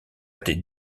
tes